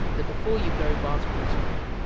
the before-you-go bathroom spray.